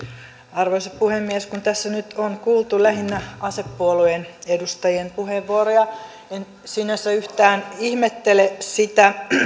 arvoisa puhemies kun tässä nyt on kuultu lähinnä asepuolueen edustajien puheenvuoroja en sinänsä yhtään ihmettele sitä